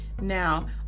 Now